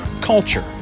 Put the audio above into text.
culture